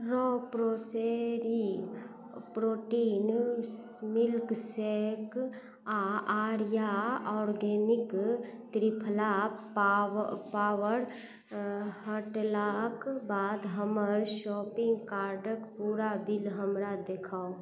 raw प्रोसेरी protein milkshake आओर Arya organic triphala पाव पॉवर हटलाक बाद हमर शॉपिन्ग कार्डके पूरा बिल हमरा देखाउ